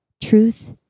truth